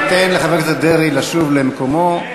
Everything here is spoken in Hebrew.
ניתן לחבר הכנסת דרעי לשוב למקומו.